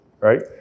Right